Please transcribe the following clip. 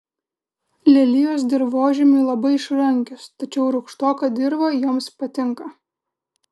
lelijos dirvožemiui labai išrankios tačiau rūgštoka dirva joms patinka